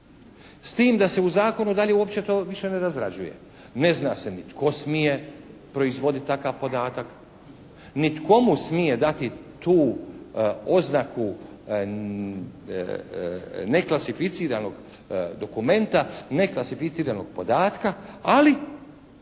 s tim da se u zakonu dalje uopće to više ne razrađuje. Ne zna se ni tko smije proizvoditi takav podatak, ni tko mu smije dati tu oznaku neklasificiranog dokumenta, neklasificiranog podatka ali